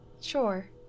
Sure